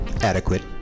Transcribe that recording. Adequate